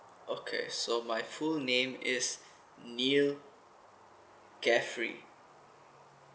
okay so my full name is niel gafree